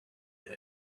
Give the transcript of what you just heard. and